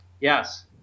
Yes